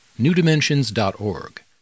newdimensions.org